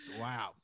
Wow